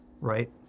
right